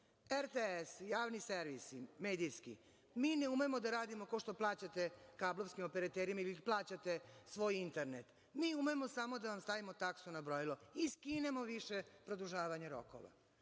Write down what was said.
RTS, javni servis medijski, mi ne umemo da radimo kao što plaćate kablovskim operaterima i vi plaćate svoj internet, mi umemo samo da vam stavimo taksu na brojilo i skinimo više produžavanje rokova,